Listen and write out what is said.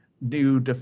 new